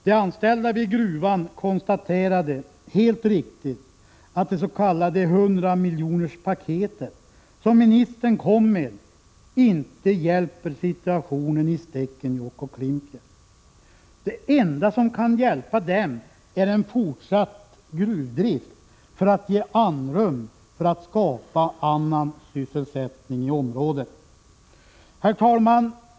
De anställda vid gruvan konstaterade helt riktigt att det s.k. 100 miljonerspaketet som ministern kom med inte hjälpte situationen i Stekenjokk och Klimpfjäll. Det enda som kan hjälpa den är en fortsatt gruvdrift för att ge andrum för att skapa annan sysselsättning i området. Herr talman!